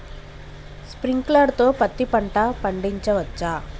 Sprinkler తో పత్తి పంట పండించవచ్చా?